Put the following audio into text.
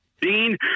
Dean